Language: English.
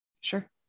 sure